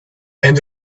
and